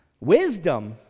Wisdom